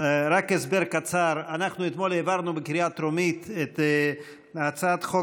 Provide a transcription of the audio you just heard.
רק הסבר קצר: אנחנו אתמול העברנו בקריאה טרומית את הצעת חוק